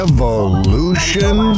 Evolution